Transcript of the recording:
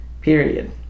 Period